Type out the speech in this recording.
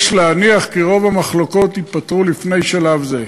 יש להניח כי רוב המחלוקות ייפתרו לפני שלב זה.